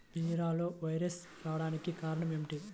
బీరలో వైరస్ రావడానికి కారణం ఏమిటి?